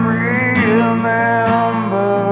remember